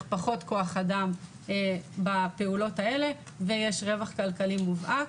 פחות כוח אדם בפעולות האלה ויש רווח כלכלי מובהק.